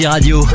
Radio